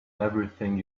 everything